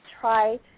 try